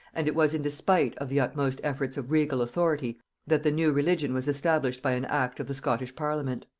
and it was in despite of the utmost efforts of regal authority that the new religion was established by an act of the scottish parliament.